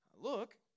look